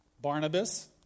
Barnabas